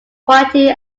quality